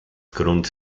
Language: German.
grund